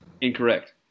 Incorrect